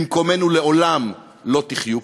במקומנו לעולם לא תחיו פה,